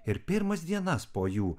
ir pirmas dienas po jų